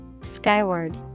Skyward